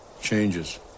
changes